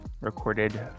recorded